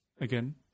again